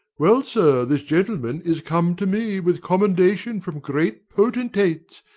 well, sir, this gentleman is come to me with commendation from great potentates,